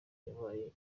yabaye